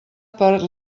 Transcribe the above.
per